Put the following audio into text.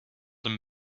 him